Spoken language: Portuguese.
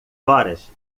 horas